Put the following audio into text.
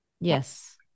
Yes